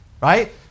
right